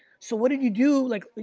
so what did you do? like,